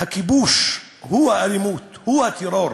הכיבוש הוא האלימות, הוא הטרור.